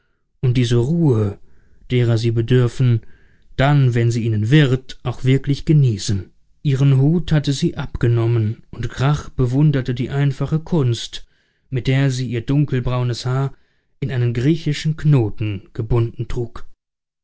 und diese ruhe derer sie bedürfen dann wenn sie ihnen wird auch wirklich genießen ihren hut hatte sie abgenommen und grach bewunderte die einfache kunst mit der sie ihr dunkelbraunes haar in einen griechischen knoten gebunden trug